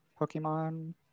Pokemon